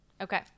Okay